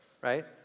Right